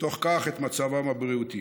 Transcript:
ובתוך כך, את מצבם הבריאותי.